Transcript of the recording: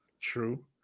True